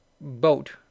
boat